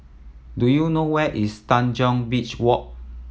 do you know where is Tanjong Beach Walk